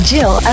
Jill